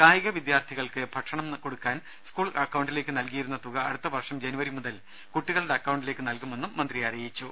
കായിക വിദ്യാർഥികൾക്ക് ഭക്ഷണം കൊടുക്കാൻ സ്കൂൾ അക്കൌണ്ടിലേക്ക് നൽകിയിരുന്ന തുക അടുത്ത വർഷം ജനുവരി മുതൽ കുട്ടികളുടെ അക്കൌണ്ടിലേക്ക് നൽകുമെന്നും മന്ത്രി അറിയിച്ചു